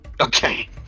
Okay